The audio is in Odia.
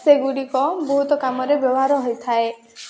ସେଗୁଡ଼ିକ ବହୁତ କାମରେ ବ୍ୟବହାର ହେଇଥାଏ